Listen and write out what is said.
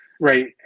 right